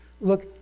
look